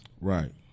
Right